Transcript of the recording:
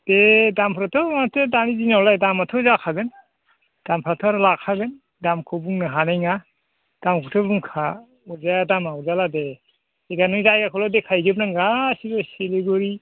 दे दामफ्राथ' माथो दानि दिनावलाय दामाथ' जाखागोन दामफ्राथ' आरो लाखागोन दामखौ बुंनो हानाय नङा दामखौथ' बुंखा अराजाया दामा अरजाला दे एबार नों जायगाखौल' देखाय हैजोबदो नों गासैबो सिलिगुरि